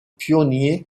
pionnier